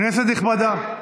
כנסת נכבדה,